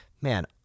man